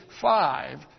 five